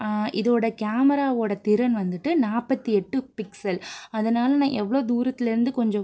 இதோட கேமராவோட திறன் வந்துட்டு நாற்பத்தி எட்டு பிக்ஸல் அதனால் நான் எவ்வளோ தூரத்துலேர்ந்து கொஞ்சம்